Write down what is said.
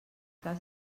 cas